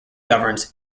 governs